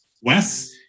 Wes